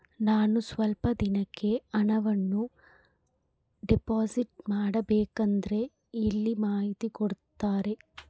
ನಾನು ಸ್ವಲ್ಪ ದಿನಕ್ಕೆ ಹಣವನ್ನು ಡಿಪಾಸಿಟ್ ಮಾಡಬೇಕಂದ್ರೆ ಎಲ್ಲಿ ಮಾಹಿತಿ ಕೊಡ್ತಾರೆ?